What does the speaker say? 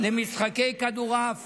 למשחקי כדורעף